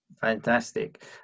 Fantastic